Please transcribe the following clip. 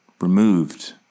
removed